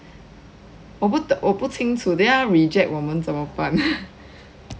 我不我不清楚等一下他 reject 我们怎么办